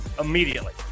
immediately